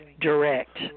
direct